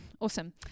Awesome